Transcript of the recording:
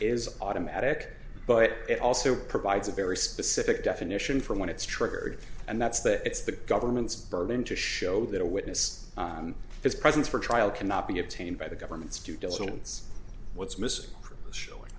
is automatic but it also provides a very specific definition for when it's triggered and that's that it's the government's burden to show that a witness on his presence for trial cannot be obtained by the government students what's missing showing